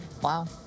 Wow